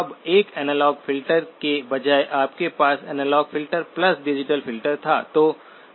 अब 1 analog filter के बजाय आपके पास एनालॉग फ़िल्टर डिजिटल फ़िल्टर था